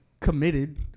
committed